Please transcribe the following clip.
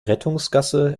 rettungsgasse